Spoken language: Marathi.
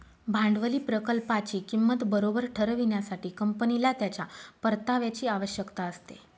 भांडवली प्रकल्पाची किंमत बरोबर ठरविण्यासाठी, कंपनीला त्याच्या परताव्याची आवश्यकता असते